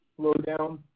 slowdown